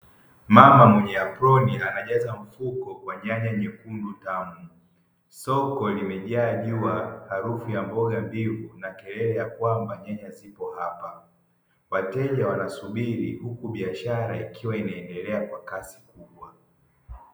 Mama mwenye aproni anajaza mfuko wa nyanya nyekundu tamu. Soko limejaa jua harufu ya mboga mbivu na kelele ya kwamba nyanya zipo hapa wateja wanasubiri huku biashara ikiwa inaendelea kwa kasi kubwa.